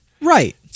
Right